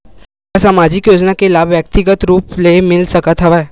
का सामाजिक योजना के लाभ व्यक्तिगत रूप ले मिल सकत हवय?